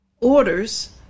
orders